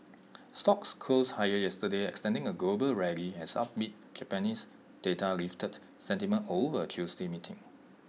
stocks closed higher yesterday extending A global rally as upbeat Japanese data lifted sentiment over Tuesday meeting